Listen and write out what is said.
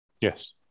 Yes